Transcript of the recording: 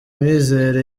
mizero